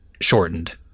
shortened